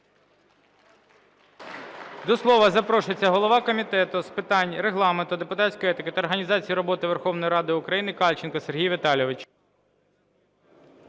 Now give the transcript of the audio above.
Дякую.